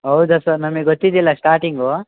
ಹೌದಾ ಸರ್ ನಮಗೆ ಗೊತ್ತಿದ್ದಿಲ್ಲ ಸ್ಟಾರ್ಟಿಂಗು